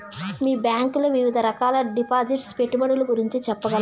మీ bank లో వివిధ రకాల డిపాసిట్స్, పెట్టుబడుల గురించి సెప్పగలరా?